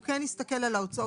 הוא כן הסתכל על ההוצאות.